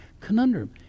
Conundrum